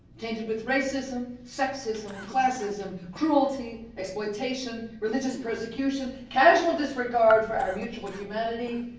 tainted with racism, sexism, classism, cruelty, exploitation, religious persecution, casual disregard for our mutual humanity,